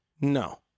No